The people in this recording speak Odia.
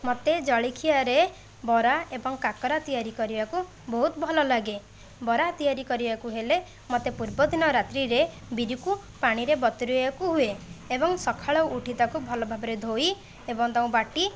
ମୋତେ ଜଳଖିଆରେ ବରା ଏବଂ କାକରା ତିଆରି କରିବାକୁ ବହୁତ ଭଲଲାଗେ ବରା ତିଆରି କରିବାକୁ ହେଲେ ମୋତେ ପୂର୍ବ ଦିନ ରାତ୍ରିରେ ବିରିକୁ ପାଣିରେ ବତୁରାଇବାକୁ ହୁଏ ଏବଂ ସକାଳେ ଉଠି ତାକୁ ଭଲ ଭାବରେ ଧୋଇ ଏବଂ ତାକୁ ବାଟି